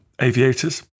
Aviators